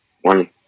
One